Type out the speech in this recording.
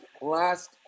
last